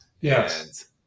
Yes